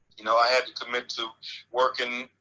you know i had to commit to working,